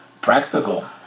practical